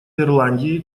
ирландии